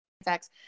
effects